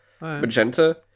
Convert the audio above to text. magenta